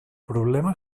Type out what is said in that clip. problema